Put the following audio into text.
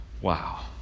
Wow